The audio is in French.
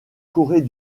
corée